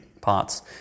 parts